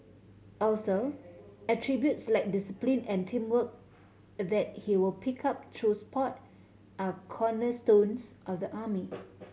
also attributes like discipline and teamwork that he will pick up through sport are cornerstones of the army